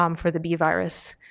um for the b virus.